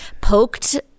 poked